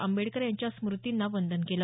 आंबेडकर यांच्या स्मुतींना वंदन केलं